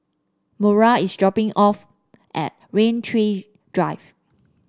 Mora is dropping off at Rain Tree Drive